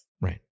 right